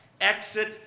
exit